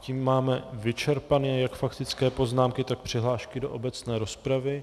Tím máme vyčerpané jak faktické poznámky, tak přihlášky do obecné rozpravy.